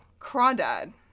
Crawdad